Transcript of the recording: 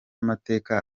amateka